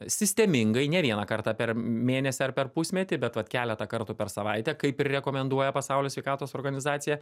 sistemingai ne vieną kartą per mėnesį ar per pusmetį bet vat keletą kartų per savaitę kaip ir rekomenduoja pasaulio sveikatos organizacija